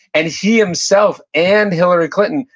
and he himself and hillary clinton,